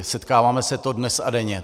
Setkáváme se s tím dnes a denně.